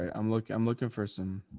and i'm looking, i'm looking for some,